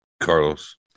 Carlos